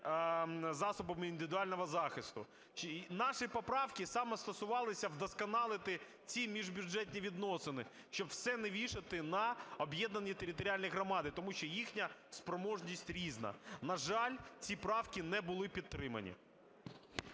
засобами індивідуального захисту. Наші поправки саме стосувалися вдосконалити ці міжбюджетні відносини, щоб все не вішати на об'єднані територіальні громади, тому що їхня спроможність різна. На жаль, ці правки не були підтримані.